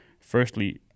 firstly